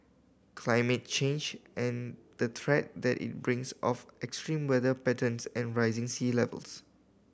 climate change and the threat that it brings of extreme weather patterns and rising sea levels